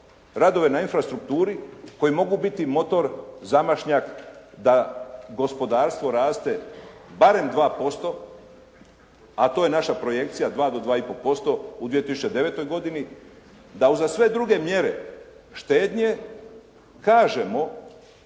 radove na infrastrukturi koji mogu biti motor zamašnjak da gospodarstvo raste barem 2%, a to je naša projekcija 2 do 2,5% u 2009. godini, da uza sve druge mjere štednje kažemo